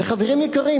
וחברים יקרים,